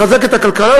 לחזק את הכלכלה,